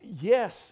Yes